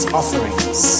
offerings